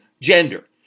gender